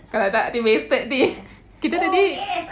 kalau tak nanti wasted nanti kita tadi